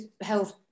health